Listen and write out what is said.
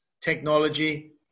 technology